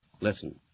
Listen